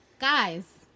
guys